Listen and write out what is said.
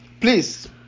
please